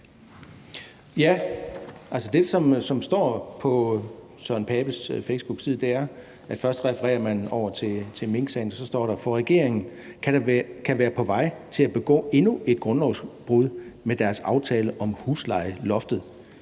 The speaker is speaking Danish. Altså det, som står på Søren Papes facebookside, hvor man først refererer til minksagen, er: For regeringen kan være på vej til at begå endnu et grundlovsbrud med sin aftale om huslejeloftet.